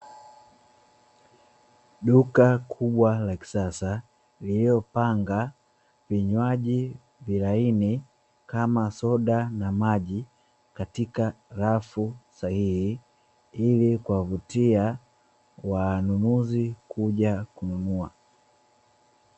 Duka kubwa la kisasa lililopanga vinywaji vilaini, kama soda na maji katika rafu sahihi, ili kuwavutia wanunuzi kuja kununua.